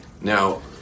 Now